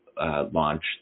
launch